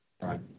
right